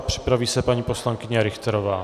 Připraví se paní poslankyně Richterová.